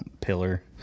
pillar